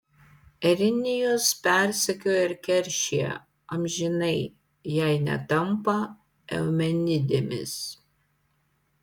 erinijos persekioja ir keršija amžinai jei netampa eumenidėmis